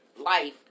life